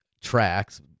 tracks